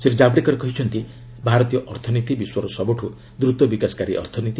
ଶ୍ରୀ କାଭଡେକର କହିଛନ୍ତି ଭାରତୀୟ ଅର୍ଥନୀତି ବିଶ୍ୱର ସବୁଠୁ ଦ୍ରତ ବିକାଶକାରୀ ଅର୍ଥନୀତି